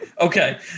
Okay